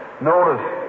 Notice